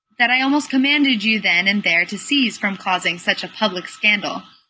that i almost commanded you then and there to cease from causing such a public scandal.